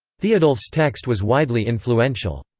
theodulf's text was widely influential.